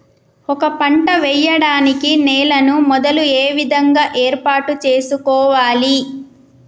ఒక పంట వెయ్యడానికి నేలను మొదలు ఏ విధంగా ఏర్పాటు చేసుకోవాలి?